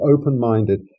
open-minded